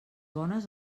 bones